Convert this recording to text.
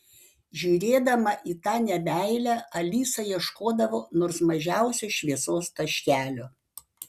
žiūrėdama į tą nemeilę alisa ieškodavo nors mažiausio šviesos taškelio